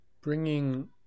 bringing